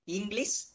English